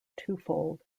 twofold